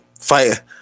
Fight